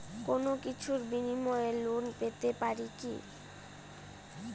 কোনো কিছুর বিনিময়ে লোন পেতে পারি কি?